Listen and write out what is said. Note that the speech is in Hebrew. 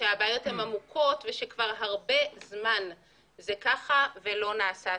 שהבעיות הן עמוקות ושכבר הרבה זמן זה כך ולא נעשה תיקון.